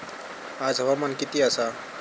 आज हवामान किती आसा?